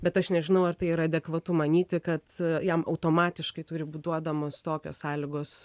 bet aš nežinau ar tai yra adekvatu manyti kad jam automatiškai turi būt duodamos tokios sąlygos